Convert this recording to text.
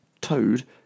toad